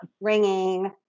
ringing